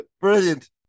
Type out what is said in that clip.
Brilliant